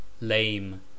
Lame